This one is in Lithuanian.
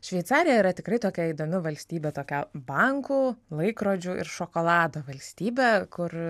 šveicarija yra tikrai tokia įdomi valstybė tokia bankų laikrodžių ir šokolado valstybė kur